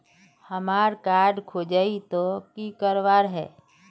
हमार कार्ड खोजेई तो की करवार है?